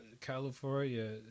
california